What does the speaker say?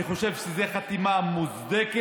אני חושב שזו חתימה מוצדקת,